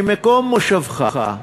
ממקום מושבך,